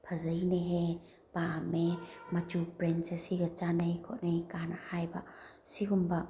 ꯐꯖꯩꯅꯦꯍꯦ ꯄꯥꯝꯃꯦ ꯃꯆꯨ ꯄ꯭ꯔꯦꯟ ꯑꯁꯤꯒ ꯆꯥꯟꯅꯩ ꯈꯣꯠꯅꯩ ꯀꯥꯏꯅ ꯍꯥꯏꯕ ꯁꯤꯒꯨꯝꯕ